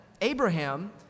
Abraham